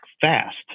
fast